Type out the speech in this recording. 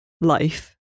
life